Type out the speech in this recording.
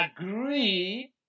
agree